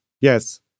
yes